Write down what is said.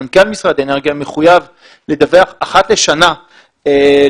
מנכ"ל משרד האנרגיה מחויב לדווח אחת לשנה בוועדת